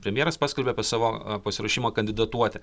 premjeras paskelbė apie savo pasiruošimą kandidatuoti